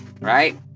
right